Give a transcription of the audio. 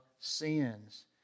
sins